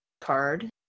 card